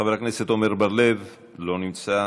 חבר הכנסת עמר בר-לב, לא נמצא,